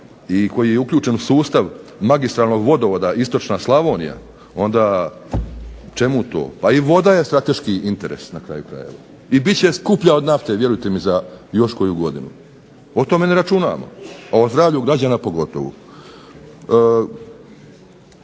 i koji je uključen u sustav magistralnog vodovoda, istočna Slavonija, onda čemu to. Pa i voda je strateški interes na kraju krajeva, i bit će skuplja od nafte vjerujte mi za još koju godinu. O tome ne računamo, a o zdravlju građana pogotovo.